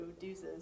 deuces